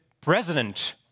president